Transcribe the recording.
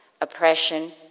oppression